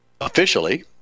officially